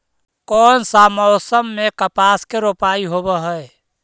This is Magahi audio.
कोन सा मोसम मे कपास के रोपाई होबहय?